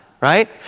Right